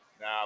Now